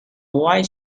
white